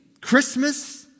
Christmas